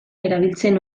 erabiltzen